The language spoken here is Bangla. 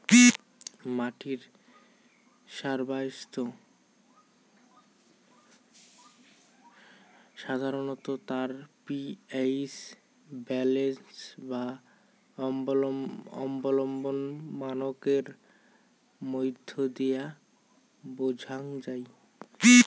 মাটির স্বাইস্থ্য সাধারণত তার পি.এইচ ব্যালেন্স বা অম্লভাব মানকের মইধ্য দিয়া বোঝাং যাই